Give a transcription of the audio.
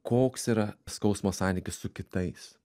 koks yra skausmo santykis su kitais